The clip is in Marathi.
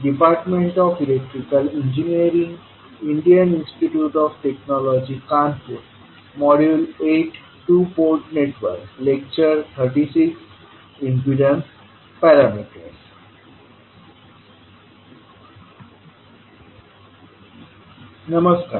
नमस्कार